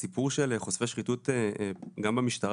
אז הסיפר של חושפי שחיתויות גם במשטרה,